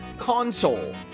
console